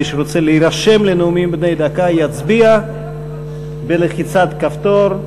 מי שרוצה להירשם לנאומים בני דקה יצביע בלחיצת כפתור,